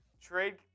Trade